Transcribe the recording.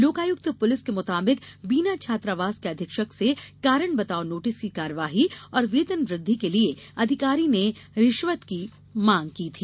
Lokayukta police के मुताबिक बीना छात्रावास के अधीक्षक से कारण बताओ नोटिस की कार्यवाही और वेतनवृद्धि के लिए अधिकारी ने रिश्वत की मांग की थी